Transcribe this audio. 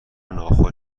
ناخوش